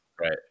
Right